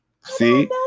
See